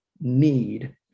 need